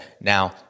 Now